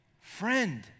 friend